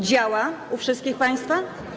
Działa u wszystkich państwa?